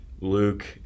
Luke